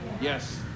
Yes